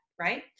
right